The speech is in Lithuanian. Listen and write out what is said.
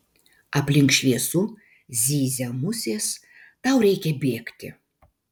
aplink šviesu zyzia musės tau reikia bėgti